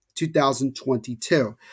2022